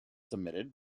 submitted